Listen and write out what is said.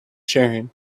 sharing